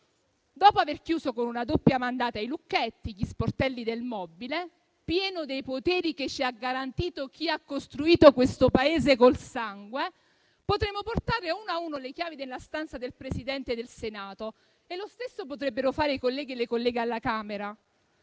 Dopo aver chiuso con una doppia mandata e i lucchetti gli sportelli del mobile, pieno dei poteri che ci ha garantito chi ha costruito questo Paese con il sangue, potremmo portare a uno a uno le chiavi nella stanza del Presidente del Senato e lo stesso potrebbero fare i colleghi e le colleghe alla Camera.